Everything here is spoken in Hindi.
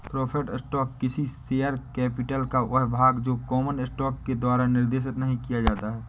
प्रेफर्ड स्टॉक किसी शेयर कैपिटल का वह भाग है जो कॉमन स्टॉक के द्वारा निर्देशित नहीं किया जाता है